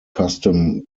custom